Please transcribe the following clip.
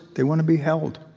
they want to be held,